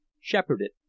shepherded